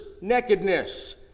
nakedness